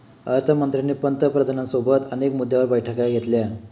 अर्थ मंत्र्यांनी पंतप्रधानांसोबत अनेक मुद्द्यांवर बैठका घेतल्या